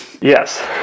Yes